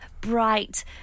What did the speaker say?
bright